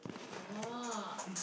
oh